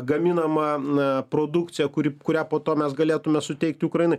gaminama produkcija kuri kurią po to mes galėtume suteikti ukrainai